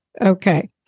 Okay